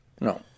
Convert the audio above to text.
No